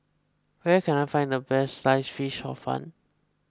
where can I find the best Sliced Fish Hor Fun